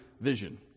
vision